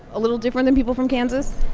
a little different than people from kansas?